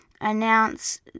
announce